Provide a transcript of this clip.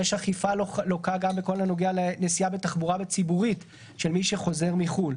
האכיפה לוקה גם בכל הנוגע לנסיעה בתחבורה הציבורית של מי שחוזר מחו"ל.